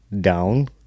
down